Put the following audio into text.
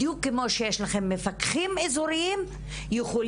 בדיוק כמו שיש לכם מפקחים אזוריים יכולים